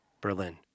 Berlin